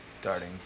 starting